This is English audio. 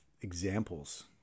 examples